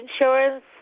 insurance